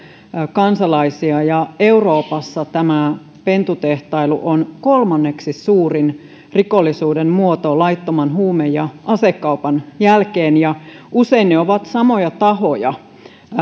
kansalaisia euroopassa pentutehtailu on kolmanneksi suurin rikollisuuden muoto laittoman huume ja asekaupan jälkeen usein ne ovat samoja tahoja